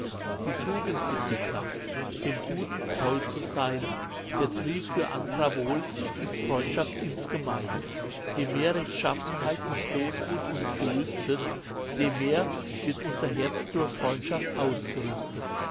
die tugend ist die kraft dem guten treu zu sein der trieb für andrer wohl ist freundschaft insgemein je mehr rechtschaffenheit und großmut uns gelüstet je mehr wird unser herz zur freundschaft ausgerüstet